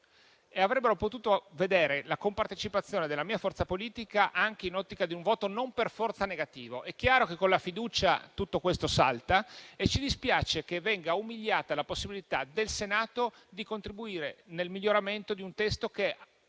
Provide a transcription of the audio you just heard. e avrebbero potuto vedere la compartecipazione della mia forza politica anche in ottica di un voto non per forza negativo. È chiaro che con la fiducia tutto questo salta e ci dispiace che venga umiliata la possibilità del Senato di contribuire al miglioramento di un testo che poteva